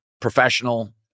professional